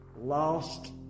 lost